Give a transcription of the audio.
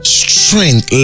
strength